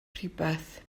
rhywbeth